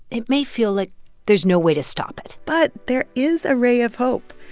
it may feel like there's no way to stop it but there is a ray of hope.